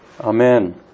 Amen